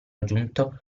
aggiunto